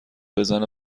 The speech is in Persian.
بزن